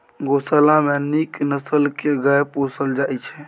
गोशाला मे नीक नसल के गाय पोसल जाइ छइ